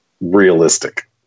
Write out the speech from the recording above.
realistic